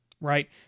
right